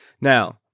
now